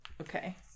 Okay